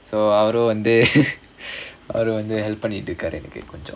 so அவரு வந்து அவரு வந்து:avaru vandhu avaru vandhu help பண்ணிட்ருக்காரு கொஞ்சம்:pannitrukkaaru konjam